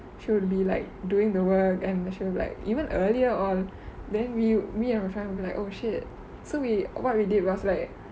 should be like doing the work and mature like even earlier on then we me and my friend will be like oh shit so we what we did was like